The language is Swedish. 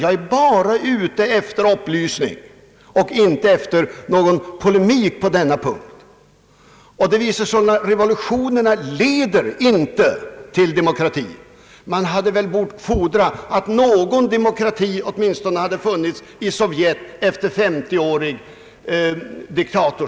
Jag är bara ute efter upplysning och inte efter någon polemik på denna punkt. Det visar sig att revolutionerna inte leder till demokrati. Man hade väl kunnat fordra att något slags demokrati funnits i Sovjetunionen efter 50-årig diktatur.